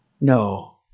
No